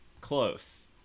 close